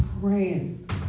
praying